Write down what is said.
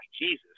Jesus